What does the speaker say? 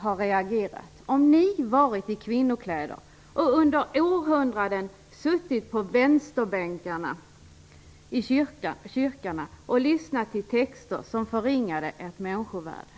ha reagerat, om de hade varit i kvinnokläder och under århundraden hade suttit på vänsterbänkarna i kyrkorna och lyssnat till texter som förringade deras människovärde.